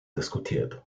diskutiert